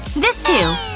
this too.